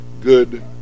good